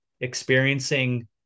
experiencing